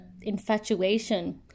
infatuation